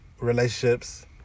relationships